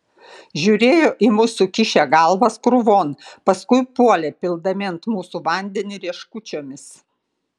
žiūrėjo į mus sukišę galvas krūvon paskui puolė pildami ant mūsų vandenį rieškučiomis